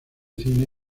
cine